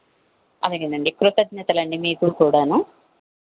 అలాగేనండి కృతజ్ఞతలండి మీకూ కూడాను